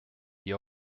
die